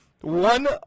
one